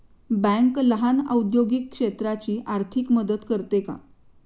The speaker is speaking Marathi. बँक लहान औद्योगिक क्षेत्राची आर्थिक मदत करते का?